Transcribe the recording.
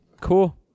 Cool